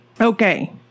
okay